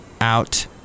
Out